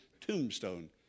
tombstone